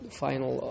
final